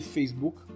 Facebook